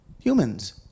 Humans